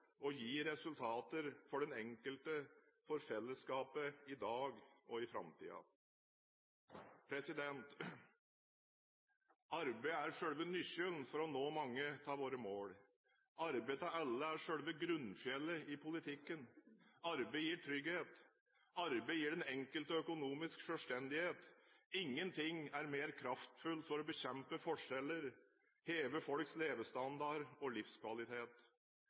og gi resultater for den enkelte og for fellesskapet, i dag og i framtiden. Arbeid er selve nøkkelen til å nå mange av våre mål. Arbeid til alle er selve grunnfjellet i politikken. Arbeid gir trygghet. Arbeid gir den enkelte økonomisk selvstendighet. Ingenting er mer kraftfullt for å bekjempe forskjeller, heve folks levestandard og livskvalitet.